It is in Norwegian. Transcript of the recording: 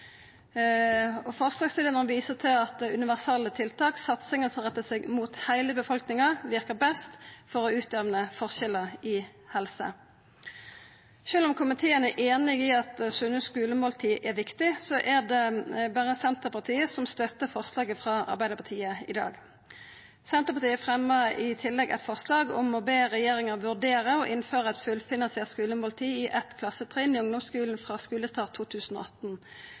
Forslagsstillarane viser til at universelle tiltak – satsingar som rettar seg mot heile befolkninga – verkar best for å utjamna forskjellar i helse. Sjølv om komiteen er einig i at sunne skulemåltid er viktige, er det berre Senterpartiet som støttar forslaget frå Arbeidarpartiet i dag. Senterpartiet fremjar i tillegg eit forslag om å be regjeringa «vurdere å innføre et fullfinansiert skolemåltid i ett klassetrinn i ungdomsskolen ved skolestart 2018».